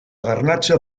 garnatxa